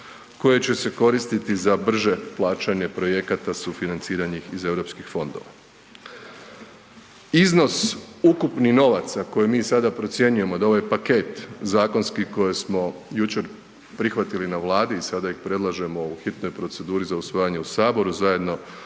koje će se koristiti za brže plaćanje projekata sufinanciranih iz Europskih fondova. Iznos ukupni novaca koje mi sada procjenjujemo da ovaj paket zakonski koji smo jučer prihvatili na Vladi i sada ih predlažemo u hitnoj proceduri za usvajanje u saboru zajedno